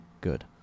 good